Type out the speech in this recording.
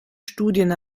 studien